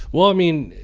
well, i mean,